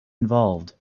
involved